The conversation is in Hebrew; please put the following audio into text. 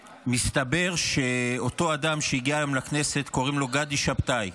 מסתבר שאותו אדם שהגיע היום לכנסת קוראים לו גדי שבתאי.